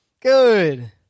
Good